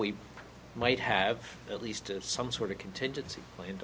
we might have at least some sort of contingency plan